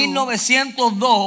1902